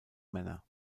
männer